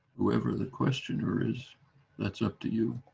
whoever the questioner is that's up to you